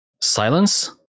Silence